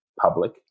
public